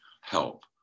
help